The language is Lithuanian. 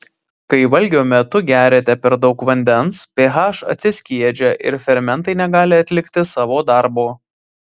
kai valgio metu geriate per daug vandens ph atsiskiedžia ir fermentai negali atlikti savo darbo